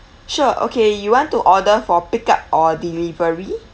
sure okay you want to order for pick up or delivery